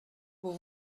vous